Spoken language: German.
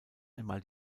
einmal